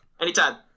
Anytime